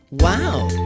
wow,